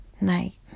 night